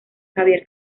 javier